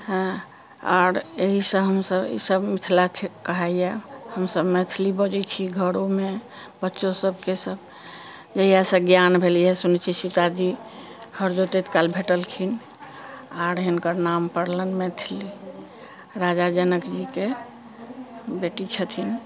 हँ आर एहिसँ हम सभ इसभ मिथिला कहाइयै हम सभ मैथिली बजै छी घरोमे बच्चो सभके सभ जहियासँ ज्ञान भेलैया सुनै छी सीताजी हर जोतैत काल भेटलखिन आर हिनकर नाम पड़लनि मैथिली राजा जनकजीके बेटी छथिन